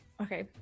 Okay